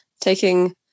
taking